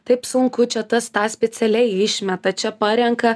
taip sunku čia tas tą specialiai išmeta čia parenka